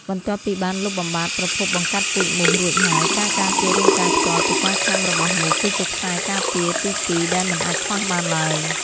បន្ទាប់ពីបានលុបបំបាត់ប្រភពបង្កាត់ពូជមូសរួចហើយ ការការពាររាងកាយផ្ទាល់ពីការខាំរបស់មូសគឺជាខ្សែការពារទីពីរដែលមិនអាចខ្វះបានឡើយ។